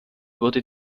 wurde